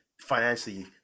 financially